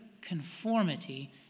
conformity